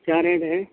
کیا ریٹ ہے